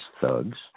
thugs